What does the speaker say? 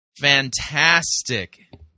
fantastic